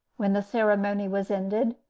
when the ceremony was ended.